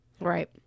Right